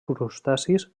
crustacis